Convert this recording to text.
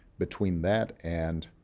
between that and